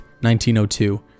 1902